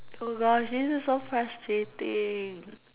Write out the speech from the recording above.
!oh-gosh! this is so frustrating